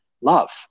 love